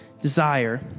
desire